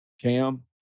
Cam